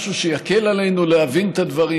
משהו שיקל עלינו להבין את הדברים.